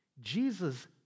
Jesus